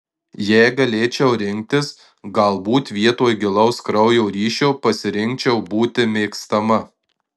jei galėčiau rinktis galbūt vietoj gilaus kraujo ryšio pasirinkčiau būti mėgstama